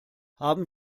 haben